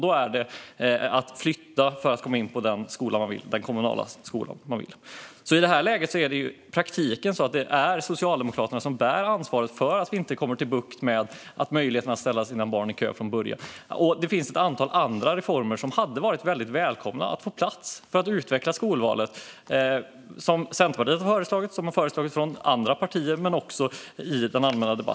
Då är det att flytta för att komma in på den kommunala skola som eleven vill komma in på. I det här läget är det i praktiken Socialdemokraterna som bär ansvaret för att vi inte får bukt med möjligheten att ställa sina barn i kö från början. Det finns ett antal andra reformer som hade varit väldigt välkomna att få plats med för att utveckla skolvalet. Det har föreslagits från Centerpartiet och andra partier och också i den allmänna debatten.